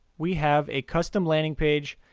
we have a custom landing page,